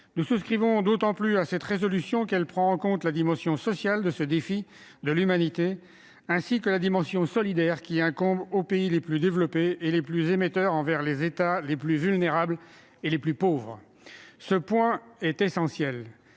Nous souscrivons d'autant plus à cette résolution qu'elle prend en compte la dimension sociale de ce défi de l'humanité ainsi que la dimension solidaire qui incombe aux pays les plus développés et les plus émetteurs envers les États les plus vulnérables et les plus pauvres. Ce point est essentiel,